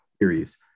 series